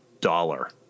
dollar